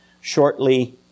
shortly